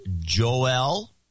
Joel